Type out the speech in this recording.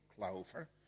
clover